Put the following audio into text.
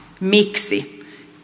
miksi